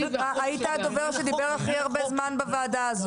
היית הדובר שדיבר הכי הרבה זמן בוועדה.